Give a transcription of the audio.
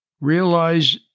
Realize